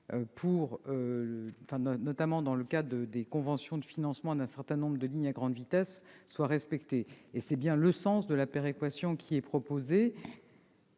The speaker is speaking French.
pris notamment dans le cadre des conventions de financement d'un certain nombre de lignes à grande vitesse soient respectés. Tel est d'ailleurs le sens de la péréquation qui est proposée.